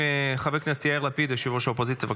חבר הכנסת יאיר לפיד, ראש האופוזיציה.